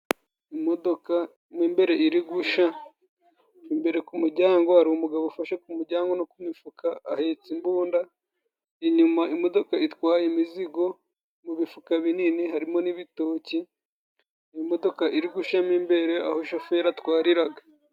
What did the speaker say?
Imodoka mo mbere iri gushya, imbere ku muryango hari umugabo ufashe ku muryango no ku mifuka, ahetse imbunda. Inyuma imodoka itwaye imizigo mu bifuka binini harimo n'ibitoki, imodoka iri gushya mo imbere aho shoferi atwarira.